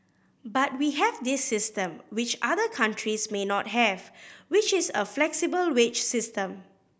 but we have this system which other countries may not have which is a flexible wage system